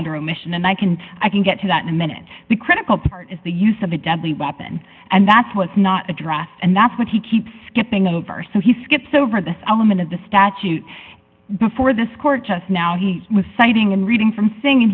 omission and i can i can get to that in a minute the critical part is the use of a deadly weapon and that's what's not addressed and that's what he keeps skipping over so he skips over this element of the statute before this court just now he was citing and reading from thing